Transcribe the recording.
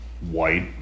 white